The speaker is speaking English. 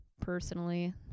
personally